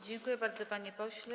Dziękuję bardzo, panie pośle.